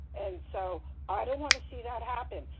and so, i don't want to see that happen,